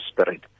spirit